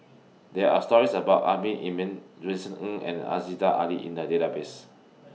There Are stories about Amrin Amin Vincent Ng and Aziza Ali in The Database